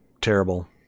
terrible